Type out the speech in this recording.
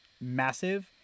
massive